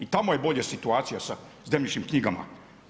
I tamo je bolja situacija sa zemljišnim knjigama.